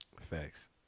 Facts